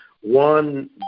one